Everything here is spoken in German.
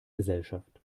gesellschaft